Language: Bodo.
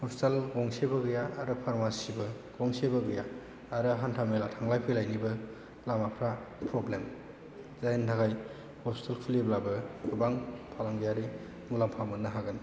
हस्पिटाल गंसेबो गैया आरो फार्मासिबो गंसेबो गैया आरो हान्था मेला थांलाय फैलायनिबो लामाफोरा प्रब्लेम जायनि थाखाय हस्पिटाल खुलियोब्लाबो गोबां फालांगियारि मुलाम्फा मोननो हागोन